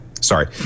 Sorry